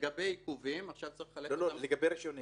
לגבי עיכובים --- לגבי רישיון נהיגה,